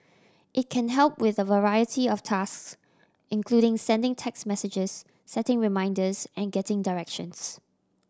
it can help with a variety of tasks including sending text messages setting reminders and getting directions